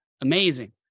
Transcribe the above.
amazing